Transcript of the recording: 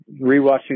Rewatching